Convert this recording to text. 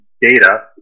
data